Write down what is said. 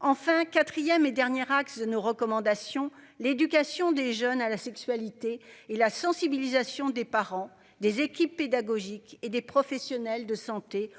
Enfin 4ème et dernier axe de nos recommandations. L'éducation des jeunes à la sexualité et la sensibilisation des parents, des équipes pédagogiques et des professionnels de santé